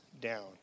down